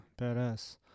badass